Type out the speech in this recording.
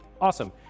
awesome